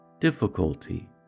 difficulty